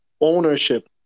ownership